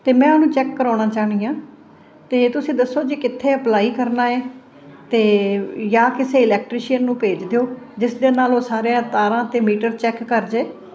ਤਾਂ ਮੈਂ ਉਹਨੂੰ ਚੈੱਕ ਕਰਵਾਉਣਾ ਚਾਹੁੰਦੀ ਹਾਂ ਅਤੇ ਤੁਸੀਂ ਦੱਸੋ ਜੀ ਕਿੱਥੇ ਅਪਲਾਈ ਕਰਨਾ ਹੈ ਅਤੇ ਜਾਂ ਕਿਸੇ ਇਲੈਕਟਰੀਸ਼ੀਅਨ ਨੂੰ ਭੇਜ ਦਿਓ ਜਿਸ ਦੇ ਨਾਲ ਉਹ ਸਾਰੀਆਂ ਤਾਰਾਂ ਅਤੇ ਮੀਟਰ ਚੈੱਕ ਕਰ ਜਾਵੇ